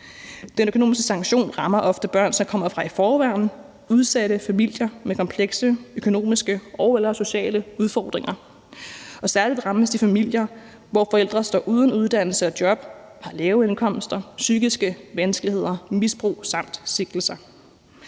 Den økonomiske sanktion rammer ofte børn, som kommer fra i forvejen udsatte familier med komplekse økonomiske og/eller sociale udfordringer, og særlig rammes de familier, hvor forældre står uden uddannelse og job, har lave indkomster, psykiske vanskeligheder, misbrug samt sigtelser.